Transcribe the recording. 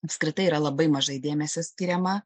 apskritai yra labai mažai dėmesio skiriama